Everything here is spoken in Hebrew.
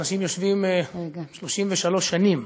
אנשים יושבים 33 שנים,